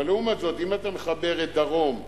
אבל לעומת זאת אם אתה מחבר את מחוזות דרום,